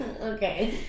Okay